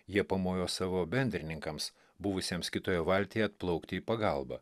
jie pamojo savo bendrininkams buvusiems kitoje valtyje atplaukti į pagalbą